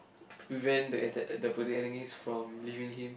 to prevent the ata~ the protagonist from leaving him